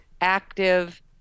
active